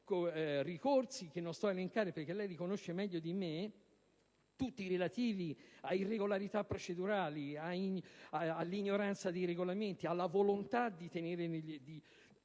ricorsi - che non sto ad elencarle perché lei li conosce meglio di me - tutti relativi a irregolarità procedurali, all'ignoranza dei regolamenti e alla volontà di manifestare